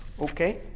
Okay